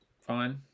fine